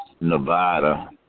Nevada